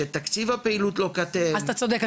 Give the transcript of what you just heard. שתקציב הפעילות לא קטן --- אז אתה צודק,